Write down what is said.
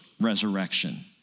resurrection